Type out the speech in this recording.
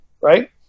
right